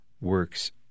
works